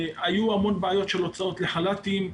היו המון בעיות של הוצאות לחל"תים,